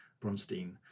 Bronstein